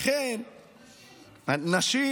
נשים נרצחו.